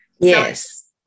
Yes